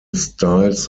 styles